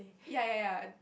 ya ya ya